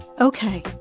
Okay